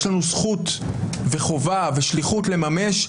יש לנו זכות וחובה ושליחות לממש,